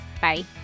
Bye